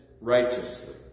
righteously